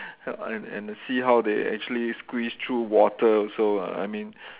and and see how they actually squeeze through water also uh I mean